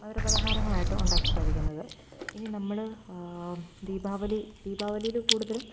മധുരപലഹാരങ്ങളായിട്ട് ഉണ്ടാക്കിക്കഴിക്കുന്നത് ഇനി നമ്മള് ദീപാവലി ദീപാവലിയില് കൂടുതലും